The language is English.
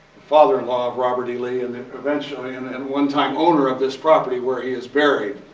father-in-law of robert e. lee, and eventually, and and one-time owner of this property where he is buried.